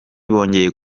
bongeye